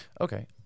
Okay